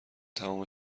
تمام